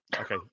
Okay